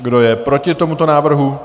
Kdo je proti tomuto návrhu?